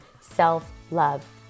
self-love